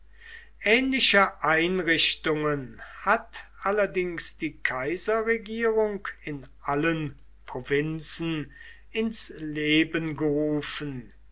ähnliche einrichtungen hat allerdings die kaiserregierung in allen provinzen ins leben gerufen